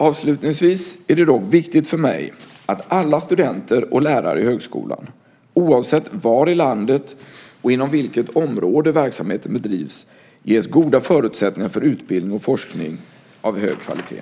Avslutningsvis är det dock viktigt för mig att alla studenter och lärare i högskolan, oavsett var i landet och inom vilket område verksamheten bedrivs, ges goda förutsättningar för utbildning och forskning av hög kvalitet.